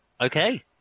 okay